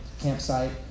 campsite